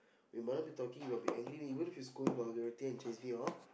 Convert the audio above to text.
we might not be talking you might be angry even if you scold vulgarity and chase me off